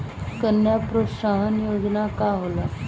कन्या प्रोत्साहन योजना का होला?